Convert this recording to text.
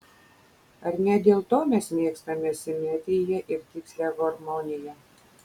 ar ne dėl to mes mėgstame simetriją ir tikslią harmoniją